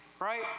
right